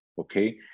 Okay